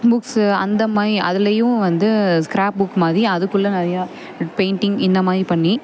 books அந்தமாதிரி அதுலையும் வந்து ஸ்க்ராப்புக் மாதிரி அதுக்குள்ளே நிறையா பெயிண்டிங் இந்தமாதிரி பண்ணி